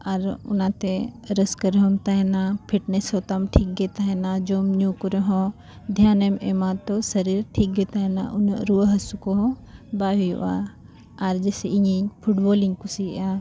ᱟᱨ ᱚᱱᱟᱛᱮ ᱨᱟᱹᱥᱠᱟᱹ ᱨᱮᱦᱚᱸᱢ ᱛᱟᱦᱮᱱᱟ ᱯᱷᱤᱴᱱᱮᱥ ᱦᱚᱛᱟᱢ ᱴᱷᱤᱠ ᱜᱮ ᱛᱟᱦᱮᱱᱟ ᱡᱚᱢ ᱧᱩ ᱠᱚᱨᱮᱦᱚᱸ ᱫᱷᱮᱭᱟᱱᱮᱢ ᱮᱢᱟ ᱛᱚ ᱥᱟᱹᱨᱤᱨ ᱴᱷᱤᱠ ᱜᱮ ᱛᱟᱦᱮᱱᱟ ᱩᱱᱟᱹᱜ ᱨᱩᱣᱟᱹ ᱦᱟᱹᱥᱩ ᱠᱚᱦᱚᱸ ᱵᱟᱭ ᱦᱩᱭᱩᱜᱼᱟ ᱟᱨ ᱡᱮᱭᱥᱮ ᱤᱧᱤᱧ ᱯᱷᱩᱴᱵᱚᱞᱤᱧ ᱠᱩᱥᱤᱭᱟᱜᱼᱟ